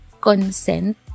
consent